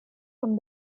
from